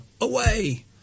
away